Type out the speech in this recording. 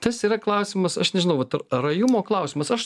tas yra klausimas aš nežinau ar rajumo klausimas aš